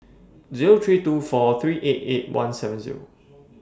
three two four three eight eight one seven